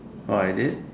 oh I did